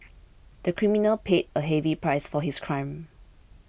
the criminal paid a heavy price for his crime